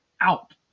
out